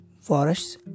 forests